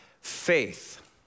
faith